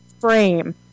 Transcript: frame